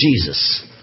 Jesus